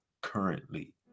currently